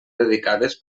dedicades